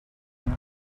and